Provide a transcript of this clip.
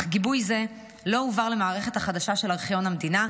אך גיבוי זה לא הועבר למערכת החדשה של ארכיון המדינה,